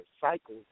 cycles